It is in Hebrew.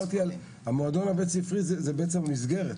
המועדון הבית ספרי זה בעצם מסגרת.